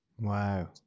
Wow